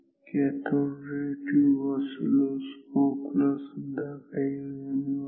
cathode ray tube oscilloscope ला सुद्धा काही उणिवा आहेत